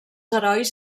herois